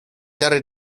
dary